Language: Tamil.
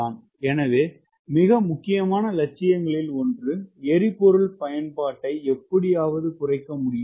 எனவே மிக முக்கியமான லட்சியங்களில் ஒன்று எரிபொருள் பயன்பாட்டை எப்படியாவது குறைக்க முடியுமா